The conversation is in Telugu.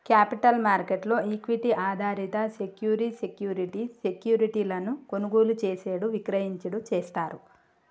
క్యాపిటల్ మార్కెట్ లో ఈక్విటీ ఆధారిత సెక్యూరి సెక్యూరిటీ సెక్యూరిటీలను కొనుగోలు చేసేడు విక్రయించుడు చేస్తారు